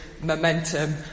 momentum